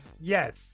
yes